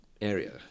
area